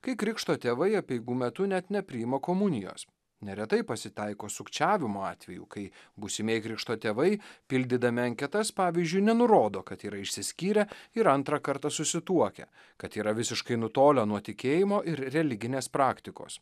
kai krikšto tėvai apeigų metu net nepriima komunijos neretai pasitaiko sukčiavimo atvejų kai būsimieji krikšto tėvai pildydami anketas pavyzdžiui nenurodo kad yra išsiskyrę ir antrą kartą susituokę kad yra visiškai nutolę nuo tikėjimo ir religinės praktikos